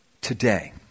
today